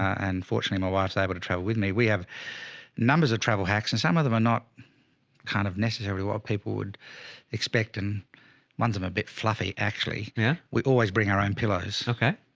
and fortunately my wife's able to travel with me. we have numbers of travel hacks and some of them are not kind of necessarily what people would expect. and once i'm a bit fluffy actually, yeah. we always bring our own pillows. okay.